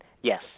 Yes